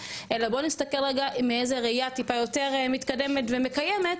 אלא בואו נסתכל רגע בראייה טיפה יותר מתקדמת ומקיימת,